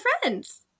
friends